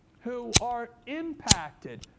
who are impacted.